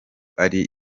ari